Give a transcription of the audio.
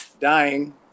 dying